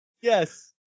Yes